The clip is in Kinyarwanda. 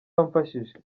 wamfashije